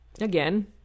Again